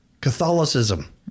Catholicism